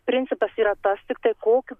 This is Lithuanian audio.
principas yra tas tiktai kokio